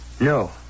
No